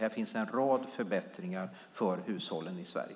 Här finns en rad förbättringar för hushållen i Sverige.